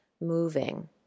moving